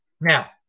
now